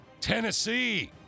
Tennessee